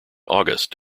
august